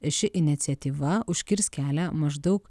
ši iniciatyva užkirs kelią maždaug